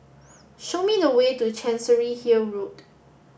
show me the way to Chancery Hill Road